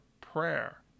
prayer